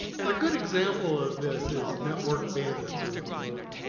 and a good example of this is network bandits or or